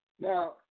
Now